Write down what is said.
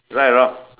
right or not